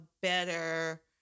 better